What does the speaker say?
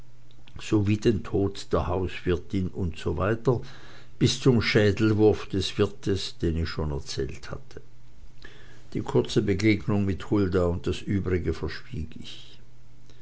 sowie den tod der hauswirtin und so weiter bis zum schädelwurf des wirtes den ich schon erzählt hatte die kurze begegnung mit hulda und das übrige verschwieg ich